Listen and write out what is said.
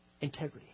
integrity